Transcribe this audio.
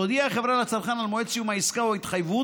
תודיע החברה לצרכן על מועד סיום העסקה או ההתחייבות,